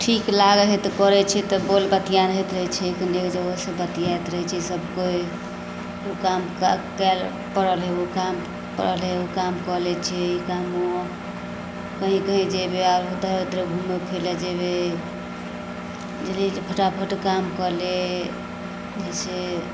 ठीक लागै हइ तऽ करै छिए तऽ बोल बतिआइत होइत रहै छै तऽ एगो जगहसँ बतिआइत रहै छै सभकोइ ओ काम करै पड़ल हइ ओ काम पड़ल हइ ओ काम कऽ लै छिए ई काम ओ कहीँ कहीँ जेबै इधर उधर घुमै फिरैलए जेबै जल्दीसँ फटाफट काम कऽ ले जाहिसँ